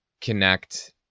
connect